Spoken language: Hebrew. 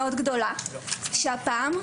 קשות אבל גם עם תקווה מאוד גדולה שהפעם,